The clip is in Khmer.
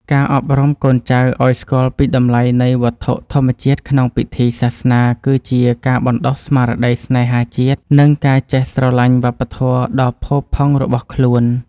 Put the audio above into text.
ការអប់រំកូនចៅឱ្យស្គាល់ពីតម្លៃនៃវត្ថុធម្មជាតិក្នុងពិធីសាសនា គឺជាការបណ្តុះស្មារតីស្នេហាជាតិ និងការចេះស្រឡាញ់វប្បធម៌ដ៏ផូរផង់របស់ខ្លួន។